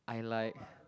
I like